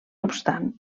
obstant